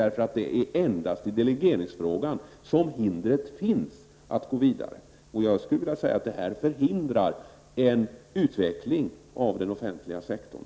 Det är endast i delegeringsfrågan som hindret finns att gå vidare. Detta förhindrar på ett allvarligt sätt utvecklingen av den offentliga sektorn.